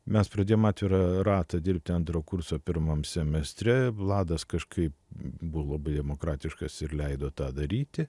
mes pradėjom atvirą ratą dirbti antro kurso pirmam semestre vladas kažkaip buvo labai demokratiškas ir leido tą daryti